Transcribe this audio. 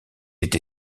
été